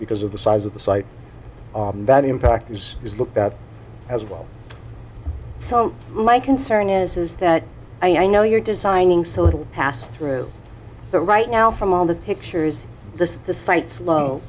because of the size of the site that impact is is looked at as well so my concern is is that i know you're designing so little pass through right now from all the pictures this the site flow